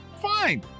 fine